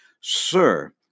Sir